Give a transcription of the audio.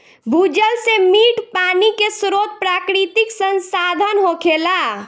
भूजल से मीठ पानी के स्रोत प्राकृतिक संसाधन होखेला